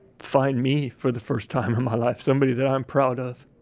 find me for the first time in my life somebody that i'm proud of.